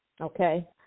okay